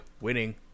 Winning